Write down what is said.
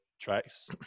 tracks